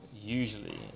usually